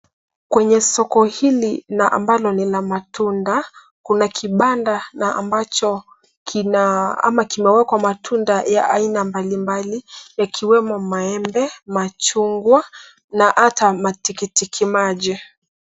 Kwenye soko hili na ambalo ni la matunda kuna kibanda na ambacho kimewekwa matunda ya aina mbalimbali yakiwemo maembe, machungwa na hata matikiti maji.